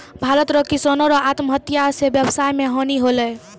भारत रो किसानो रो आत्महत्या से वेवसाय मे हानी होलै